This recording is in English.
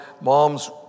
mom's